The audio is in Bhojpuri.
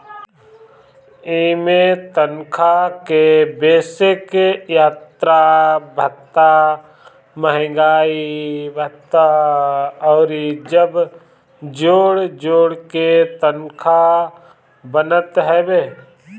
इमें तनखा के बेसिक, यात्रा भत्ता, महंगाई भत्ता अउरी जब जोड़ जाड़ के तनखा बनत हवे